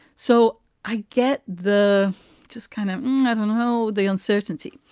so i get the just kind of i don't know the uncertainty.